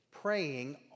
Praying